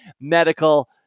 medical